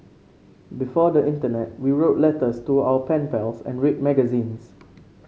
before the internet we wrote letters to our pen pals and read magazines